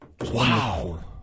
Wow